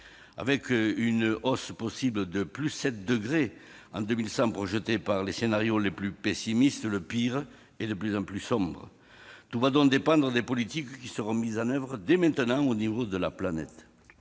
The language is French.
Avec une hausse possible de 7 degrés en 2100 selon les scénarios les plus pessimistes, le pire est de plus en plus sombre. Tout va donc dépendre des politiques qui seront mises en oeuvre dès maintenant à l'échelon de la planète.